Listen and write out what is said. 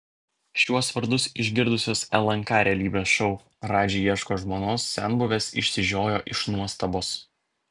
šiuos vardus išgirdusios lnk realybės šou radži ieško žmonos senbuvės išsižiojo iš nuostabos